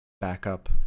backup